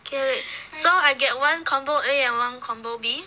K wait so I get one combo A and one combo B